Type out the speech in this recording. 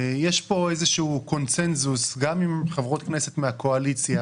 יש כאן איזשהו קונצנזוס גם עם חברות כנסת מהקואליציה